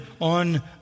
on